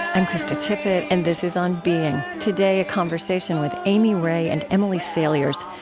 i'm krista tippett, and this is on being. today, a conversation with amy ray and emily saliers,